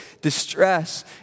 distress